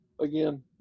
Again